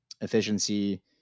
efficiency